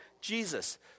Jesus